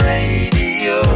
Radio